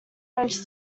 french